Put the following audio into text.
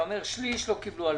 אתה אומר שליש לא קיבלו הלוואות.